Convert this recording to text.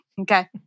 okay